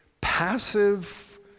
passive